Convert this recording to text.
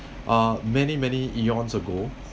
uh many many eons ago